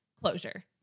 closure